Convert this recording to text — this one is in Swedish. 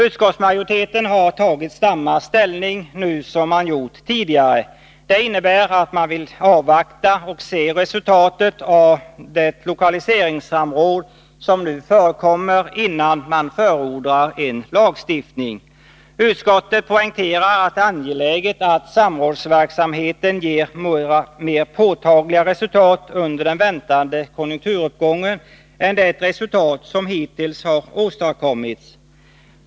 Utskottsmajoriteten har tagit samma ställning nu som tidigare. Det innebär att man vill avvakta och se resultatet av det lokaliseringssamråd som nu förekommer innan man förordar en lagstiftning. Utskottet poängterar att det är angeläget att samrådsverksamheten under den väntade konjunkturuppgången ger mer påtagliga resultat än vad som hittills har åstadkommits.